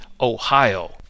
Ohio